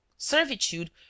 servitude